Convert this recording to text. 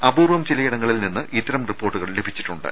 അപൂർവ്വം ചിലയിടങ്ങളിൽ നിന്ന് ഇത്തരം റിപ്പോർട്ടുകൾ ലഭിച്ചിട്ടുണ്ട്